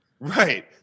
Right